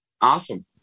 Awesome